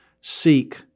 seek